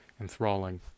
enthralling